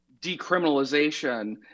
decriminalization